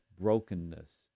brokenness